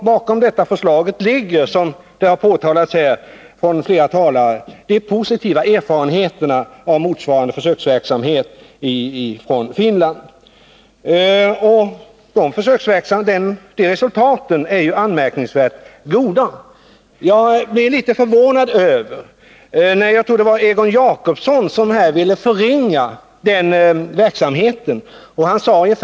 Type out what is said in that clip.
Bakom detta förslag ligger, såsom påpekats här av flera talare, de positiva erfarenheterna av motsvarande försöksverksamhet i Finland. Dessa resultat är ju anmärkningsvärt goda. Jag tror det var Egon Jacobsson som ville förringa värdet av denna verksamhet. Jag blir litet förvånad när jag hör honom framföra sådana synpunkter.